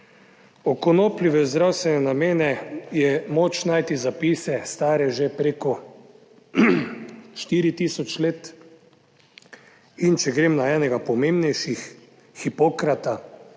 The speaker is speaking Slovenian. O konoplji v zdravstvene namene je moč najti zapise stare že preko 4 tisoč let. In če grem na enega pomembnejših, Hipokrata,